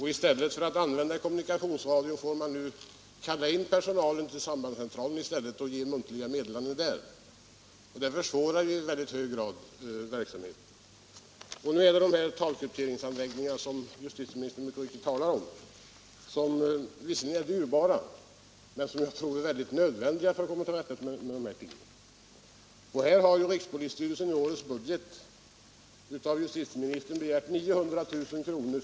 I stället för att använda kommunikationsradio får man nu kalla in personalen till sambandscentraler och ge muntliga meddelanden där, vilket i hög grad försvårar verksamheten. De talkrypteringsanläggningar som justitieministern talade om är visserligen dyrbara men väldigt nödvändiga för att komma till rätta med dessa ting. Rikspolisstyrelsen har i årets budget av justitieministern begärt 900 000 kr.